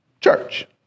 church